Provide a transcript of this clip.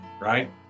right